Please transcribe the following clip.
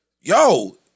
Yo